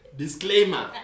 disclaimer